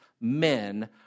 men